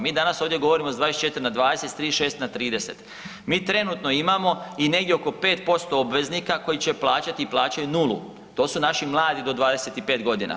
Mi danas ovdje govorimo s 24 na 20 s 36 na 30, mi trenutno imamo i negdje oko 5% obveznika koji će plaćati i plaćaju nulu, to su naši mladi do 25 godina.